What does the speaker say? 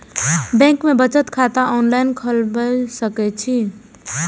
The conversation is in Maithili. बैंक में बचत खाता ऑनलाईन खोलबाए सके छी?